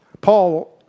Paul